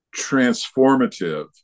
transformative